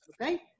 Okay